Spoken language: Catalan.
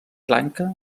lanka